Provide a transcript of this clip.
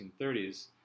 1930s